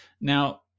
Now